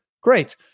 great